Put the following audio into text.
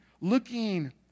looking